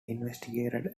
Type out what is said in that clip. investigated